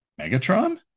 Megatron